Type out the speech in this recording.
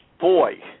boy